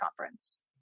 Conference